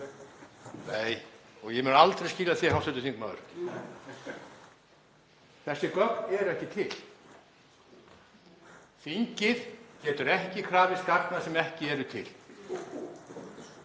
Nei, og ég mun aldrei skila þig, hv. þingmaður. Þessi gögn eru ekki til. Þingið getur ekki krafist gagna sem eru ekki til